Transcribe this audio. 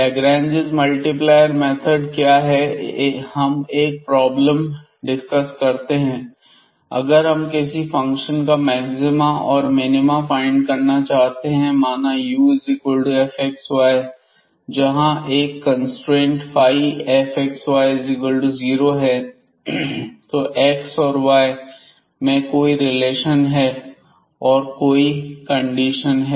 Lagrange multiplier method क्या है हम एक प्रॉब्लम डिस्कस करते हैं अगर हम किसी फंक्शन का मैक्सिमा और मिनीमा फाइंड करना चाहते हैं माना ufxy जहां एक कंस्ट्रेंट xy0 है तो एक्स और वाई में कोई रिलेशन और कोई कंडीशन है